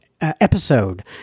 episode